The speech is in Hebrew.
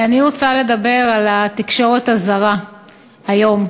אני רוצה לדבר על התקשורת הזרה היום.